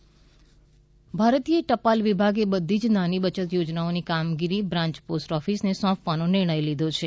ટપાલ વિભાગ ભારતીય ટપાલ વિભાગે બધી જ નાની બયત યોજનાઓની કામગીરી બ્રાંચ પોસ્ટ ઓફીસને સોંપવાનો નિર્ણય લીધો છે